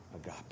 agape